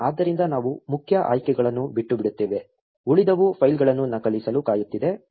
ಆದ್ದರಿಂದ ನಾವು ಮುಖ್ಯ ಆಯ್ಕೆಗಳನ್ನು ಬಿಟ್ಟುಬಿಡುತ್ತೇವೆ ಉಳಿದವು ಫೈಲ್ಗಳನ್ನು ನಕಲಿಸಲು ಕಾಯುತ್ತಿದೆ